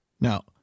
Now